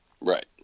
right